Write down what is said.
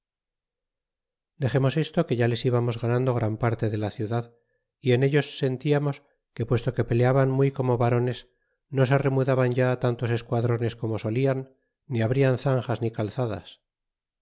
dexemos esto que ya les bamos ganando gran parte de la ciudad y en ellos sentiamos que puesto que peleaban muy como varones no se remadaban ya tantos esquadrones como solían ni abrian zanjas ni calzadas